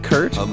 Kurt